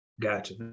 Gotcha